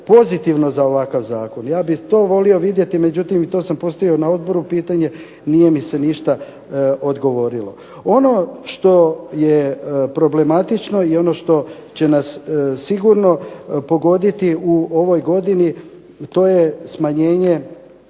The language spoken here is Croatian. pozitivna na ovakav zakon, ja bih to volio vidjeti, međutim, i to sam postavio na Odboru pitanje, nije mi se ništa odgovorilo. Ono što je problematično i ono što će nas sigurno pogoditi u ovoj godini to je smanjenje